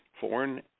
foreign